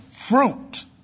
fruit